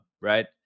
right